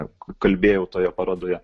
kalbėjau toje parodoje